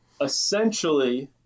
Essentially